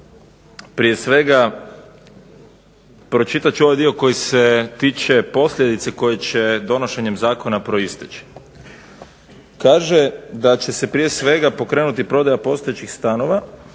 Prije svega pročitat ću ovaj dio koji se tiče posljedice koje će donošenjem zakona proisteći. Kaže da će se prije svega pokrenuti prodaja postojećih stanova,